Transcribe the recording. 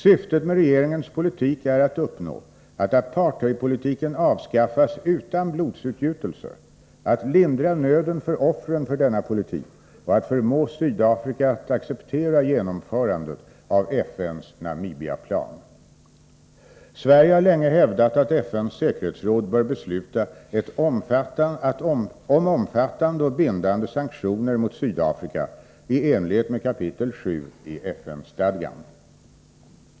Syftet med regeringens politik är att uppnå att apartheidpolitiken avskaffas utan blodsutgjutelse, att lindra nöden för offren för denna politik och att förmå Sydafrika att acceptera genomförandet av FN:s Namibiaplan. Sverige har länge hävdat att FN:s säkerhetsråd bör besluta om omfattande och bindande sanktioner mot Sydafrika i enlighet med kap. 7 i FN-stadgan.